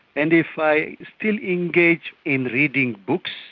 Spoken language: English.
and if i still engage in reading books,